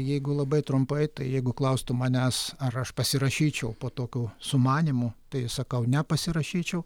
jeigu labai trumpai tai jeigu klaustų manęs ar aš pasirašyčiau po tokiu sumanymu tai sakau nepasirašyčiau